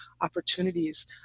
opportunities